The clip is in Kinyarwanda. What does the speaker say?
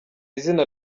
izina